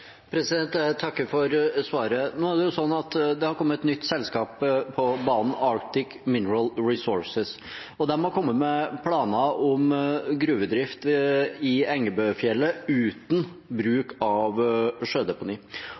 Jeg takker for svaret. Nå er det slik at det er kommet et nytt selskap på banen, Arctic Mineral Resources. De har kommet med planer om gruvedrift i Engebøfjellet uten bruk av sjødeponi.